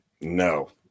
No